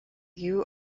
you